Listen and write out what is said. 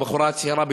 הבחורה הצעירה,